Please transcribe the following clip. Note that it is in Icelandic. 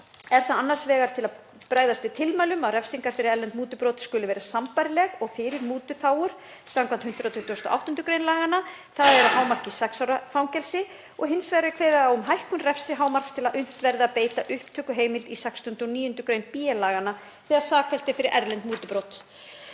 Er það annars vegar til að bregðast við tilmælum um að refsingar fyrir erlend mútubrot skuli vera sambærilegar og fyrir mútuþágur samkvæmt 128. gr. laganna, þ.e. að hámarki sex ára fangelsi, og hins vegar er kveðið á um hækkun refsihámarks til að unnt verði að beita upptökuheimild í 69. gr. b laganna þegar sakfellt er fyrir erlend mútubrot.